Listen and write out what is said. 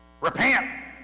Repent